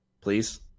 please